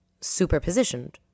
superpositioned